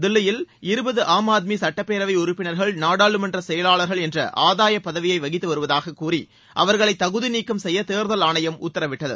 தில்லியில் இருபது ஆம் ஆத்மி கட்சி சுட்டப்பேரவை உறுப்பினர்கள் நாடாளுமன்றச் செயலாளர்கள் என்ற ஆதாய பதவியை வகித்து வருவதாக கூறி அவர்களை தகுதிநீக்கம் செய்ய தேர்தல் ஆணையம் உத்தரவிட்டது